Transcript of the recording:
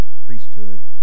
priesthood